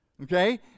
Okay